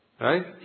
Right